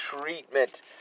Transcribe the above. treatment